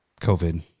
COVID